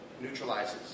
neutralizes